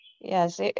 yes